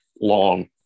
long